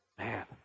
man